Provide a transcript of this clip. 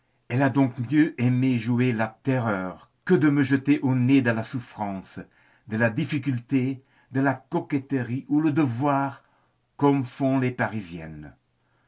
elle a donc mieux aimé jouer la terreur que de me jeter au nez de la souffrance de la difficulté de la coquetterie ou le devoir comme font les parisiennes